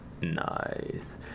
nice